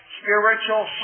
spiritual